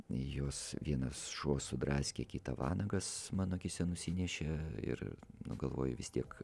juos vienas šuo sudraskė kitą vanagas mano akyse nusinešė ir nu galvoju vis tiek